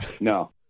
No